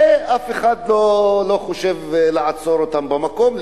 ואף אחד לא חושב לעצור אותם במקום.